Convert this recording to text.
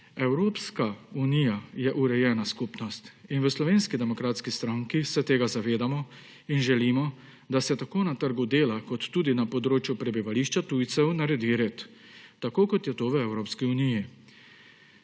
Evropska unija je urejena skupnost in v Slovenski demokratski stranki se tega zavedamo in želimo, da se tako na trgu dela kot tudi na področju prebivališča tujcev naredi red, tako kot je to v Evropski uniji.